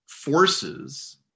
forces